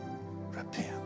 repent